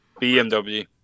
BMW